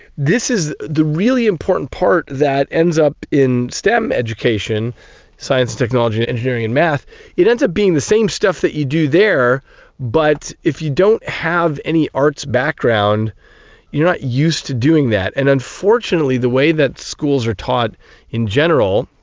this is the really important part that ends up in stem education science, technology, engineering and maths it ends up being the same stuff that you do there but if you don't have any arts background you are not used to doing that. and unfortunately the way that schools are taught in general,